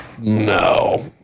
No